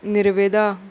निर्वेदा